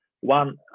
one